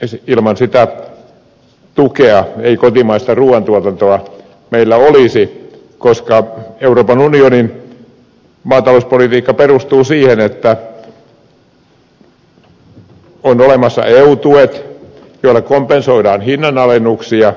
ilman sitä tukea ei kotimaista ruuantuotantoa meillä olisi koska euroopan unionin maatalouspolitiikka perustuu siihen että on olemassa eu tuet joilla kompensoidaan hinnanalennuksia